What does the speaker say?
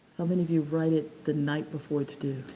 how many of you write it the night before it's due?